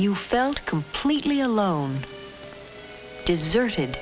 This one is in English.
you felt completely alone deserted